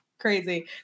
crazy